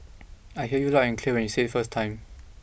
I heard you loud and clear when you said it first time